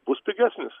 bus pigesnis